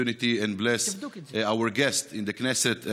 and bless our guest in the Knesset,